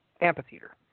amphitheater